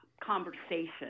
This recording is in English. conversation